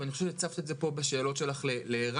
הצפת את זה פה בשאלות שלך לערן,